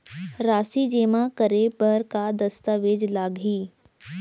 राशि जेमा करे बर का दस्तावेज लागही?